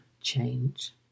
change